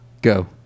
go